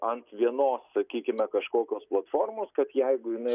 ant vienos sakykime kažkokios platformos kad jeigu jinai